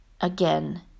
Again